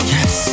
Yes